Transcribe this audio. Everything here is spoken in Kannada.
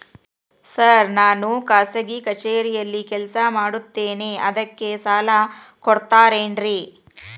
ಸರ್ ನಾನು ಖಾಸಗಿ ಕಚೇರಿಯಲ್ಲಿ ಕೆಲಸ ಮಾಡುತ್ತೇನೆ ಅದಕ್ಕೆ ಸಾಲ ಕೊಡ್ತೇರೇನ್ರಿ?